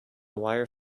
wire